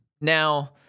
Now